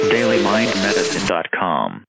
DailyMindMedicine.com